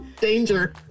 Danger